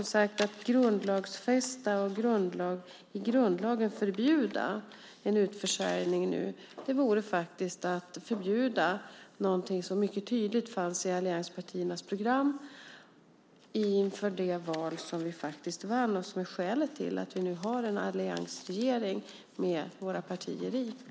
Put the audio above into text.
Att grundlagsfästa och i grundlagen förbjuda en utförsäljning nu vore faktiskt att förbjuda någonting som mycket tydligt fanns i allianspartiernas program inför det val som vi vann och som är skälet till att vi nu har en alliansregering med dessa partier i.